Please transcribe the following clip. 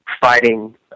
fighting